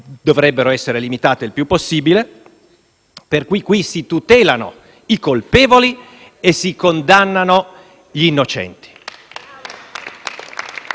dovrebbero essere limitate il più possibile. Pertanto qui si tutelano i colpevoli e si condannano gli innocenti.